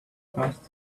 past